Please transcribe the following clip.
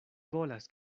volas